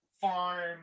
farm